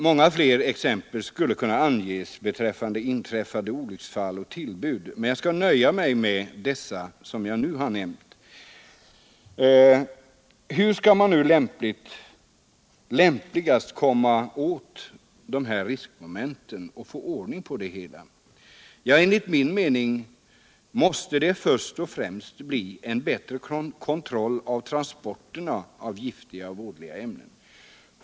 Många fler exempel på inträffade olycksfall och tillbud skulle kunna anföras. Men jag skall nöja mig med dem som jag nu har nämnt. Hur skall man då lämpligast komma åt de här riskmomenten och få ordning på det hela? Ja, enligt min mening måste det först och främst bli en bättre kontroll av transporterna av giftiga och vådliga ämnen.